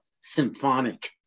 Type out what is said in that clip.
symphonic